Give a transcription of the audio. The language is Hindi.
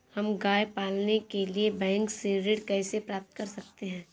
हम गाय पालने के लिए बैंक से ऋण कैसे प्राप्त कर सकते हैं?